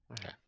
Okay